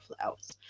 flowers